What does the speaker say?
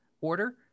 order